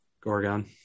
Gorgon